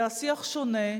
והשיח שונה,